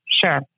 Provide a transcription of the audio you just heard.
Sure